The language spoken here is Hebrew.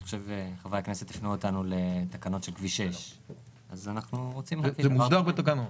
חברי הכנסת הפנו אותנו לתקנות של כביש 6. זה מוסדר בתקנות.